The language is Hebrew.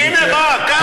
הינה, קח.